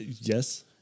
yes